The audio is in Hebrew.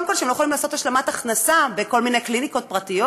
כול שהם לא יכולים לעשות השלמת הכנסה בכל מיני קליניקות פרטיות.